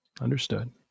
Understood